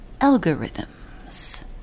algorithms